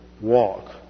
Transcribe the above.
walk